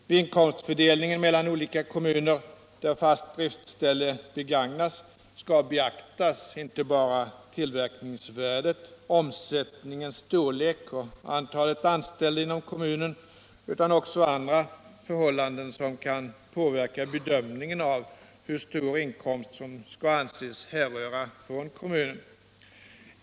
Vid inkomstfördelningen mellan olika kommuner där fast driftställe begagnas skall beaktas inte bara tillverkningsvärdet, omsättningens storlek och antalet anställda inom kommunen utan också andra förhållanden som kan påverka bedömningen av hur stor inkomst som skall anses härröra från kommunen.